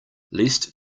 least